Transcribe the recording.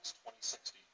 2060